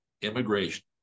immigration